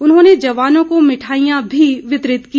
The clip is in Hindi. उन्होंने जवानों को भिठाइयां भी वितरित की